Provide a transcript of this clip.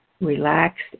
relaxed